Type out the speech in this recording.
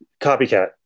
Copycat